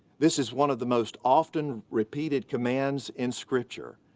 this is one of the most often repeated commands in scripture.